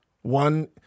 One